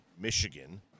Michigan